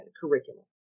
curriculum